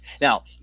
now